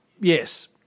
yes